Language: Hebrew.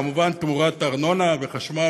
כמובן תמורת ארנונה וחשמל,